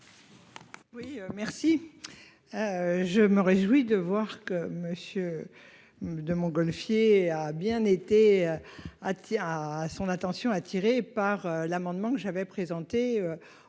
Oui merci. Je me réjouis de voir que monsieur. De Montgolfier a bien été ah tiens à son attention attirée par l'amendement que j'avais présenté.